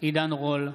עידן רול,